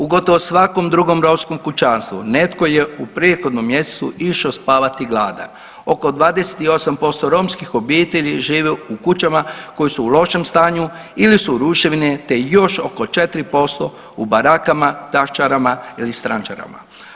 U gotovo svakom drugom romskom kućanstvu netko je u prethodnom mjesecu išao spavati gladan, oko 28% romskih obitelji živi u kućama koje su u lošem stanju ili su ruševine te još oko 4% u barakama, daščarama ili strančarama.